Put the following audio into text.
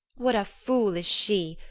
what fool is she,